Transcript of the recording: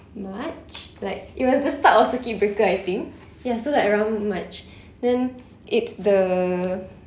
march like it was the start of circuit breaker I think ya so like around march then it's the